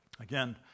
Again